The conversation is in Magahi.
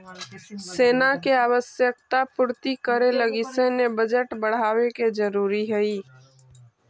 सेना के आवश्यकता पूर्ति करे लगी सैन्य बजट बढ़ावे के जरूरी हई